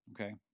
Okay